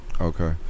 Okay